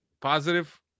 Positive